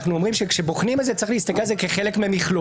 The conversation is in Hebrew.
אנחנו אומרים שכשבוחנים את זה צריך להסתכל על זה כחלק ממכלול.